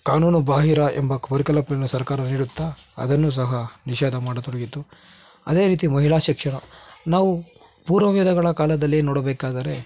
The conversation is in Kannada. ಕಾನೂನು ಬಾಹಿರ ಎಂಬ ಸರ್ಕಾರ ನೀಡುತ್ತಾ ಅದನ್ನು ಸಹ ನಿಷೇಧ ಮಾಡತೊಡಗಿತು ಅದೇ ರೀತಿ ಮಹಿಳಾ ಶಿಕ್ಷಣ ನಾವು ಪೂರ್ವ ವೇದಗಳ ಕಾಲದಲ್ಲೇ ನೋಡಬೇಕಾದರೆ